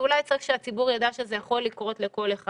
ואולי טוב שהציבור יידע שזה יכול לקרות לכל אחד.